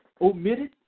omitted